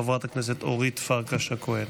אורית פרקש הכהן.